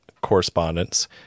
correspondence